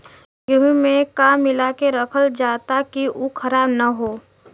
गेहूँ में का मिलाके रखल जाता कि उ खराब न हो?